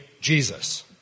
Jesus